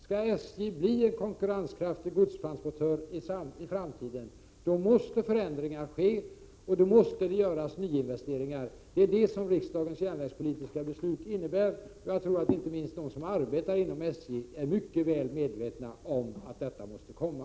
Skall SJ bli en konkurrenskraftig godstransportör i framtiden, måste förändringar ske och då måste det göras nyinvesteringar. Det är detta som riksdagens järnvägspolitiska beslut innebär, och jag tror att inte minst de som arbetar inom SJ är mycket väl medvetna om att detta måste komma.